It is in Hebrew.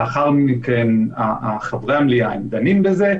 לאחר מכן חברי המליאה דנים בזה.